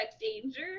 danger